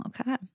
okay